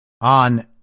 on